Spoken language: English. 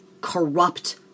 corrupt